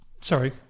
sorry